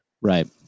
Right